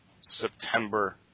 September